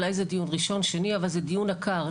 אולי זה דיון ראשון שני אבל זה דיון עקר,